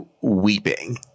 weeping